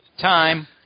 time